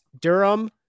durham